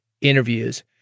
interviews